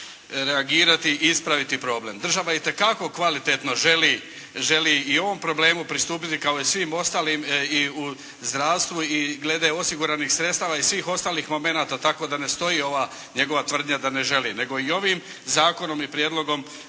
i ispraviti problem. Država itekako kvalitetno želi i ovom problemu pristupiti kao i svim ostalim i u zdravstvu i glede osiguranih sredstava i svih ostalih momenata tako da ne stoji ova njegova tvrdnja da ne želi nego i ovim zakonom i prijedlogom